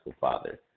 father